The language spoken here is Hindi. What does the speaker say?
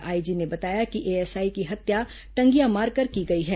आईजी ने बताया कि एएसआई की हत्या टंगिया मारकर की गई है